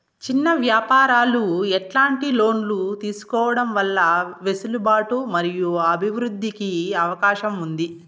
చిన్న వ్యాపారాలు ఎట్లాంటి లోన్లు తీసుకోవడం వల్ల వెసులుబాటు మరియు అభివృద్ధి కి అవకాశం ఉంది?